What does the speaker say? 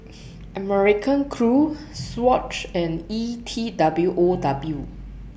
American Crew Swatch and E T W O W